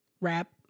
rap